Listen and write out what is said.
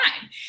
time